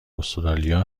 استرالیا